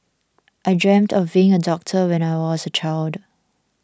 I dreamt of being a doctor when I was a child